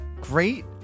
Great